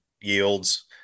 yields